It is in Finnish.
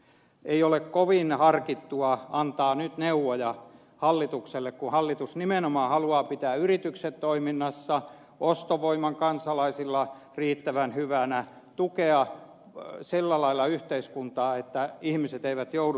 ei ole kovin harkittua antaa nyt neuvoja hallitukselle kun hallitus nimenomaan haluaa pitää yritykset toiminnassa ostovoiman kansalaisilla riittävän hyvänä tukea sillä lailla yhteiskuntaa että ihmiset eivät joudu työttömiksi